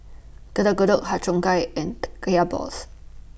Getuk Getuk Har Cheong Gai and Kaya Balls